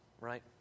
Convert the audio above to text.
right